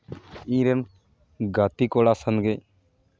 ᱤᱧᱨᱮᱱ ᱜᱟᱛᱮ ᱠᱚᱲᱟ ᱥᱟᱶᱜᱮ